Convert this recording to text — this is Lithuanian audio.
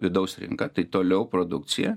vidaus rinką tai toliau produkcija